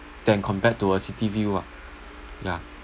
than compared to a city view ah yeah